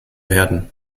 werden